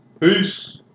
Peace